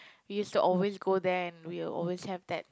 used to always go there and we'll always have that